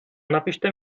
napište